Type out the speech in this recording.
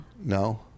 No